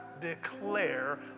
declare